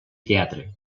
teatre